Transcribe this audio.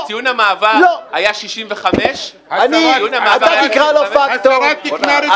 כשציון המעבר היה 65 --- אתה תקרא לו פקטור,